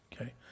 Okay